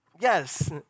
Yes